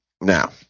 Now